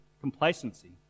complacency